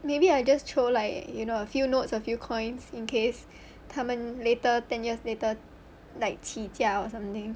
maybe I just throw like you know a few notes a few coins in case 他们 later ten years later like 起价 or something